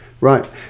right